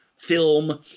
film